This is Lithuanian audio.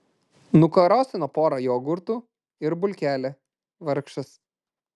nukarosino pora jogurtų ir bulkelę vargšas